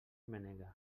menege